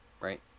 Right